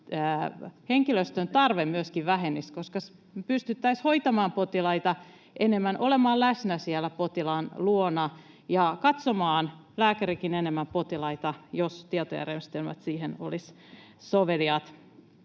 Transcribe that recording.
henkilöstön tarve vähenisi, koska pystyttäisiin hoitamaan potilaita enemmän, olemaan läsnä siellä potilaan luona ja katsomaan — lääkärikin — enemmän potilaita, jos tietojärjestelmät siihen olisivat soveliaat.